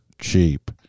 cheap